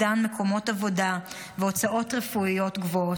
מקומות עבודה והוצאות רפואיות גבוהות.